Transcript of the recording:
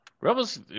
Rebels